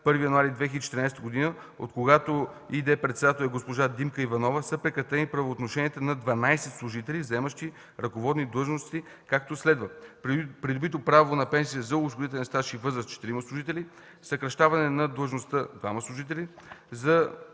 1 януари 2014 г., откогато и.д. председател е госпожа Димка Иванова, са прекратени правоотношенията на 12 служители, заемащи ръководни длъжности, както следва: - придобито право на пенсия за осигурителен стаж и възраст – 4 служители; - съкращаване на длъжността – 2 служители; -